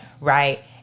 Right